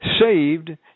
saved